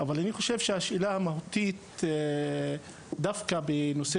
אבל אני חושב שהשאלה המהותית דווקא בנושא